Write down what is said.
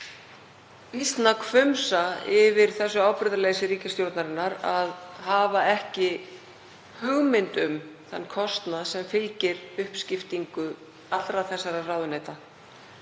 býsna hvumsa yfir því ábyrgðarleysi ríkisstjórnarinnar að hafa ekki hugmynd um þann kostnað sem fylgir uppskiptingu allra þessara ráðuneyta.